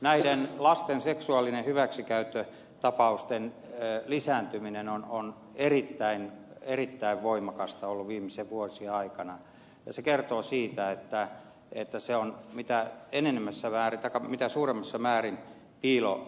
näiden lasten seksuaalisten hyväksikäyttötapausten lisääntyminen on erittäin voimakasta ollut viimeisien vuosien aikana ja se kertoo siitä että se on mitä suurimmassa määrin piilorikollisuutta